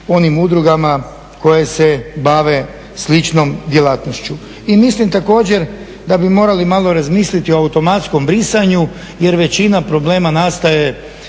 onim udrugama koje se bave sličnom djelatnošću. I mislim također da bi morali malo razmisliti o automatskom brisanju jer većina problema nastaje